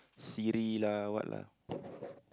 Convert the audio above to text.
Siri lah what lah